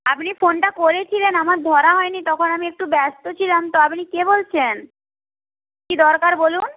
আপনি ফোনটা করেছিলেন আমার ধরা হয়নি তখন আমি একটু ব্যস্ত ছিলাম তো আপনি কে বলছেন কী দরকার বলুন